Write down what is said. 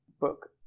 book